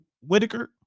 Whitaker